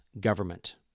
government